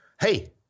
Hey